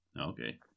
Okay